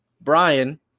brian